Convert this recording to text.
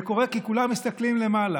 זה קורה כי כולם מסתכלים למעלה,